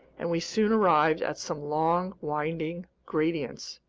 and we soon arrived at some long, winding gradients,